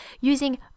using